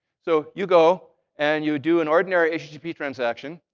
so you go and you do an ordinary http transaction.